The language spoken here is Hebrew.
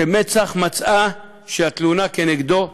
שמצ"ח מצאה שהתלונה כנגדו מוצדקת?